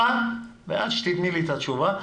ועד שתיתני לי את התשובה,